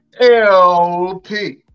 LP